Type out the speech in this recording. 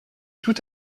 tout